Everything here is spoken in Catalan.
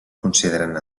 considerant